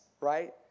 right